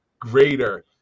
greater